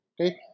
Okay